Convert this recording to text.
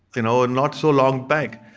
you know and not so long back.